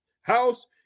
house